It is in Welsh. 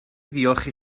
ddiolch